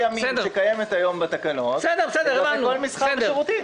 ימים שקיימת היום בתקנות לכל המסחר והשירותים.